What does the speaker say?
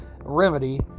remedy